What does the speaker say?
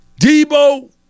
Debo